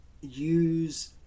use